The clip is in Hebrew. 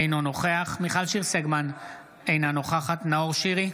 אינו נוכח מיכל שיר סגמן, אינה נוכחת נאור שירי,